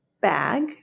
bag